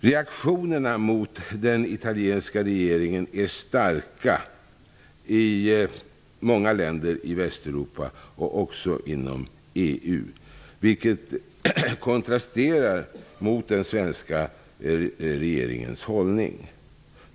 Reaktionerna mot den italienska regeringen är starka i många länder i Västeuropa och också inom EU, vilket kontrasterar mot den svenska regeringens hållning.